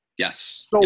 Yes